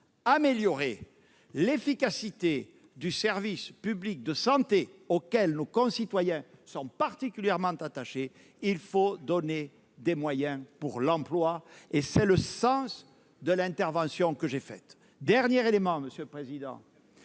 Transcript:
améliorer l'efficacité du service public de santé auquel nos concitoyens sont particulièrement attachés, il faut donner des moyens pour l'emploi. Tel est le sens de l'augmentation de l'enveloppe que j'ai décidée. Enfin, monsieur le président,